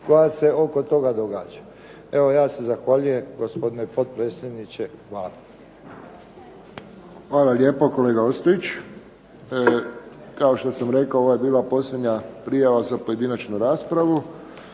koja se oko toga događa. Evo ja se zahvaljujem gospodine potpredsjedniče. Hvala. **Friščić, Josip (HSS)** Hvala lijepo kolega Ostojić. Kao što sam rekao ovo je bila posljednja prijava za pojedinačnu raspravu.